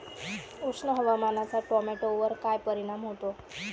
उष्ण हवामानाचा टोमॅटोवर काय परिणाम होतो?